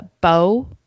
bow